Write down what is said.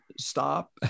stop